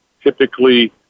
typically